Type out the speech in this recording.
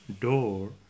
door